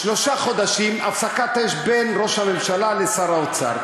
שלושה חודשים הפסקת אש בין ראש הממשלה לשר האוצר,